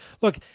Look